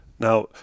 Now